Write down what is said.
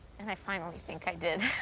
and i finally think i did.